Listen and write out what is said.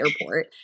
airport